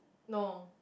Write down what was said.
no